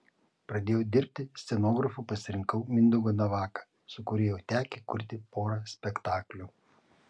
pradėjau dirbti scenografu pasirinkau mindaugą navaką su kuriuo jau tekę kurti porą spektaklių